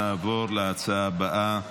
נעבור להצעה הבאה,